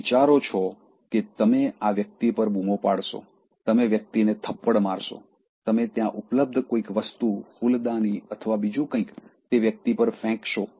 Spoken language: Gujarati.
તમે વિચારો છો કે તમે આ વ્યક્તિ પર બૂમો પાડશો તમે વ્યક્તિને થપ્પડ મારશો તમે ત્યાં ઉપલબ્ધ કોઈક વસ્તુ ફૂલદાની અથવા બીજું કંઈક તે વ્યક્તિ પર ફેંકશો